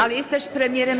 Ale jest też premierem.